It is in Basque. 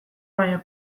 baino